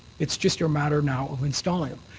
it's just a matter now of installing them.